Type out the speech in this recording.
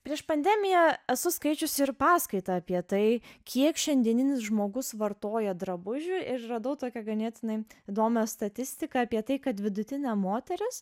prieš pandemiją esu skaičiusi ir paskaitą apie tai kiek šiandieninis žmogus vartoja drabužių ir radau tokią ganėtinai įdomią statistiką apie tai kad vidutinė moteris